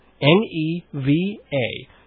N-E-V-A